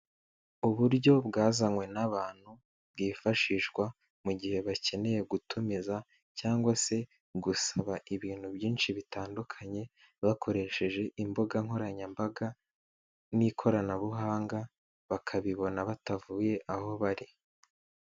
Uburyo bwazanywe n'abantu bwifashishwa mu gihe bakeneye gutumiza cyangwa se gusaba ibintu byinshi bitandukanye bakoresheje imbuga nkoranyambaga n'ikoranabuhanga, bakabibona batavuye aho bari.